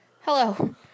Hello